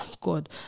God